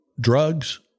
drugs